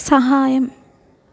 സഹായം